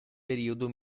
periodo